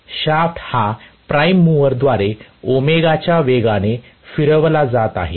shaft हा prime mover द्वारे ω च्या वेगाने फिरविला जात आहे